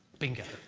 bingo.